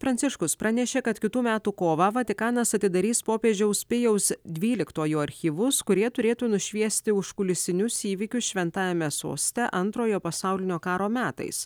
pranciškus pranešė kad kitų metų kovą vatikanas atidarys popiežiaus pijaus dvyliktojo archyvus kurie turėtų nušviesti užkulisinius įvykius šventajame soste antrojo pasaulinio karo metais